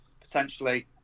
potentially